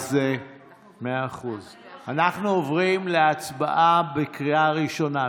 אז אנחנו עוברים להצבעה בקריאה השנייה.